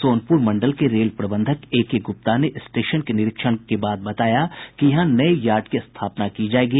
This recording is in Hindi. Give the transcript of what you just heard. सोनपुर मंडल के रेल प्रबंधक एके गुप्ता ने स्टेशन के निरीक्षण के बाद बताया कि यहां नये यार्ड की स्थापना की जायेगी